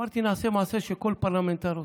אמרתי: נעשה מעשה שכל פרלמנטר עושה.